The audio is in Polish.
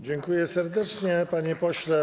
Dziękuję serdecznie, panie pośle.